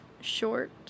short